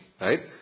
right